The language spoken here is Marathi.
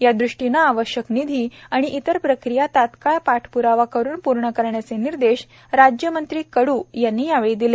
या दृष्टीने आवश्यक निधी आणि इतर प्रक्रिया तत्काळ पाठप्रावा करून पूर्ण करण्याचे निर्देश राज्यमंत्री कड् यांनी यावेळी दिले